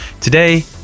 today